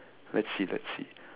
let's see let's see